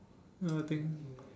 ya I think